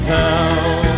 town